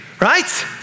right